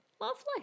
Lovely